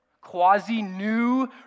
quasi-new